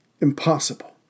impossible